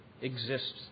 exists